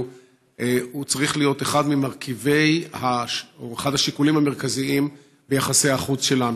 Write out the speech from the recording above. צריך להיות אחד השיקולים המרכזיים ביחסי החוץ שלנו.